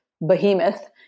behemoth